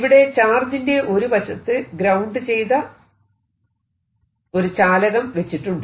ഇവിടെ ചാർജിന്റെ ഒരു വശത്ത് ഗ്രൌണ്ട് ചെയ്ത ഒരു ചാലകം വെച്ചിട്ടുണ്ട്